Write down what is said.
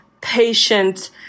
patient